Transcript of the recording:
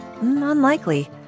Unlikely